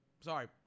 Sorry